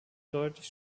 deutlich